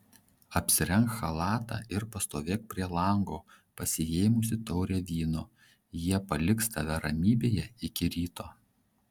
apsirenk chalatą ir pastovėk prie lango pasiėmusi taurę vyno jie paliks tave ramybėje iki ryto